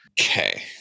Okay